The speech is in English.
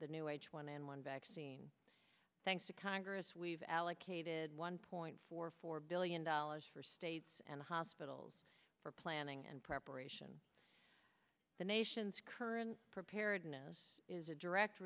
the new h one n one vaccine thanks to congress we've allocated one point four four billion dollars for states and hospitals for planning and preparation the nation's current preparedness is a direct